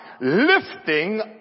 Lifting